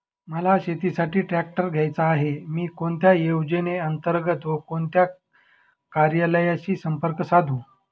मला शेतीसाठी ट्रॅक्टर घ्यायचा आहे, मी कोणत्या योजने अंतर्गत व कोणत्या कार्यालयाशी संपर्क साधू?